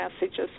messages